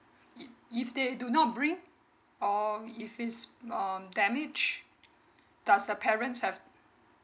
if they do not bring or if it's um damage does the parents have